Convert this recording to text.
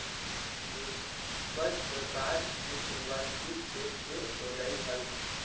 निष्पक्ष व्यापार की शुरुआत किस देश से होलई हल